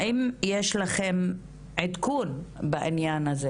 האם יש לכן עדכון בעניין הזה?